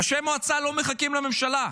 ראשי מועצה לא מחכים לממשלה.